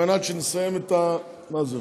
על מנת שנסיים את, מה זה?